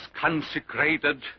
consecrated